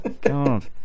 God